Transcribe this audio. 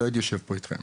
לא הייתי יושב פה איתכם.